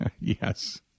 Yes